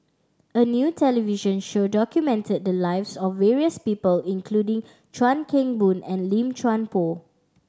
a new television show documented the lives of various people including Chuan Keng Boon and Lim Chuan Poh